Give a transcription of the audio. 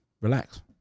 Relax